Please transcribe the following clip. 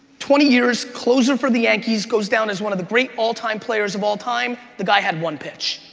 twenty years, closer for the yankees, goes down as one of the great all-time players of all time, the guy had one pitch.